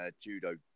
judo